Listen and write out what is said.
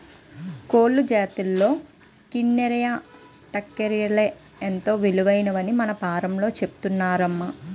కోళ్ల జాతుల్లో గినియా, టర్కీలే ఎంతో విలువైనవని మా ఫాంలో పెంచుతున్నాంరా